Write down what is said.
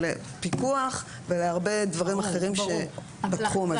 לפיקוח ולהרבה דברים אחרים בתחום הזה.